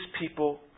people